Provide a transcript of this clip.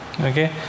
Okay